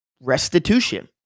Restitution